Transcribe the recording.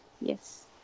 Yes